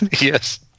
Yes